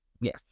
Yes